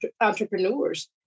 entrepreneurs